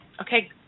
okay